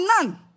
none